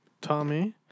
Tommy